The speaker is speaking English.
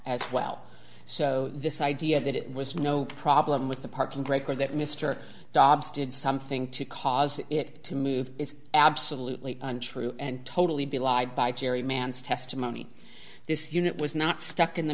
as well so this idea that it was no problem with the parking brake or that mr dobbs did something to cause it to move is absolutely untrue and totally belied by cherry man's testimony this unit was not stuck in the